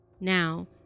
Now